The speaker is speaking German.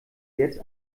jetzt